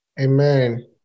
Amen